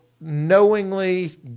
knowingly